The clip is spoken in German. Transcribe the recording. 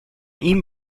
ihm